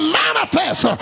manifest